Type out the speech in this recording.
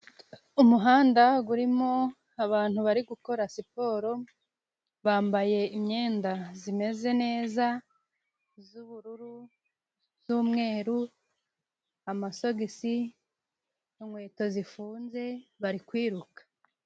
Umuhanda gurimo abantu bari gukora siporo bambaye imyenda zimeze neza z'ubururu n'umweru amasogisi, inkweto zifunze bari kwiruka.